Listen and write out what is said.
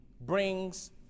brings